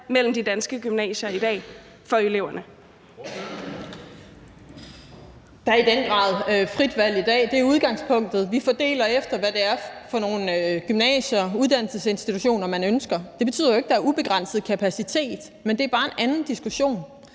Ellen Trane Nørby (V): Der er i den grad frit valg i dag. Det er udgangspunktet. Vi fordeler efter, hvad det er for nogle gymnasier og uddannelsesinstitutioner, man ønsker. Det betyder jo ikke, at der er ubegrænset kapacitet, men det er bare en anden diskussion.